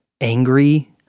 angry